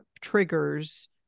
triggers